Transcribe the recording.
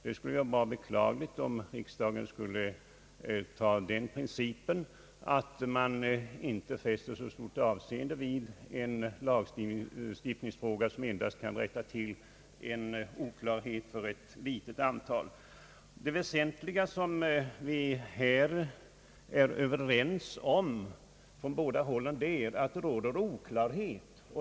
Det skulle vara beklagligt om riksdagen skulle införa den principen, att man inte fäster så stort avseende vid en lagstiftningsfråga som kan rätta till en oklarhet endast för ett litet antal människor. Vi är från båda hållen överens om det väsentliga, nämligen att det råder oklarhet.